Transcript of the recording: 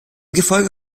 gefolge